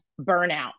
burnout